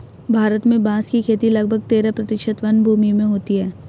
भारत में बाँस की खेती लगभग तेरह प्रतिशत वनभूमि में होती है